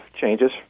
changes